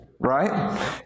Right